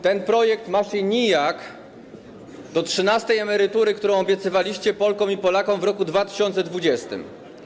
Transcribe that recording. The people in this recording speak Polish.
Ten projekt ma się nijak do trzynastej emerytury, którą obiecywaliście Polkom i Polakom w roku 2020.